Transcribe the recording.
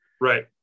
right